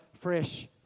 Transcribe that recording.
fresh